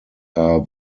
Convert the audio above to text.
are